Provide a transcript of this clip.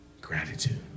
gratitude